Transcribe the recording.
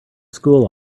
school